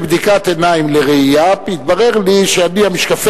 בבדיקת עיניים לראייה התברר לי שמשקפי